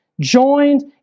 joined